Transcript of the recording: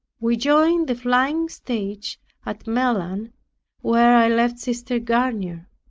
we joined the flying stage at melun where i left sister garnier.